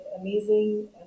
amazing